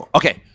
okay